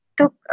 took